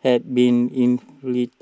had been inflicted